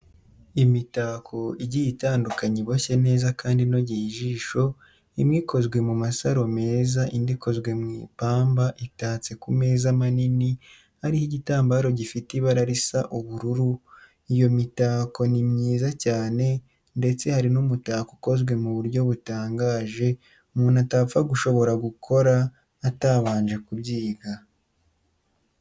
Imitako igiye itandukanye iboshye neza kandi inogeye ijisho imwe ikozwe mu masaro meza indi ikozwe mu ipamba itatse ku meza manini ariho igitambaro gifite ibara risa ubururu. Iyo mitako ni myiza cyane ndetse hari n'umutako ukozwe mu buryo butangaje umuntu atapfa gushobora gukora atabanje kubyiga.